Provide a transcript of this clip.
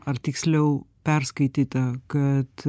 ar tiksliau perskaityta kad